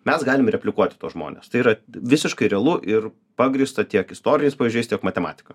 mes galime replikuoti tuos žmones tai yra visiškai realu ir pagrįsta tiek istoriniais pavyzdžiais tiek matematika